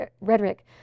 rhetoric